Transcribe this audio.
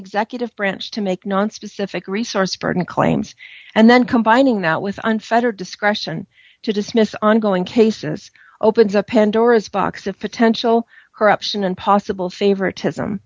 executive branch to make nonspecific resource pardon claims and then combining that with unfettered discretion to dismiss ongoing cases opens a pandora's box of potential corruption and possible favoritism